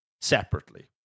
separately